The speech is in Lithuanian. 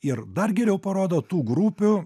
ir dar geriau parodo tų grupių